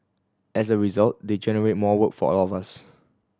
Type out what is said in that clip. as a result they generate more work for all of us